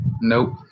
Nope